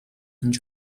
and